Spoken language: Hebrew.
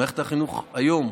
מערכת החינוך היום,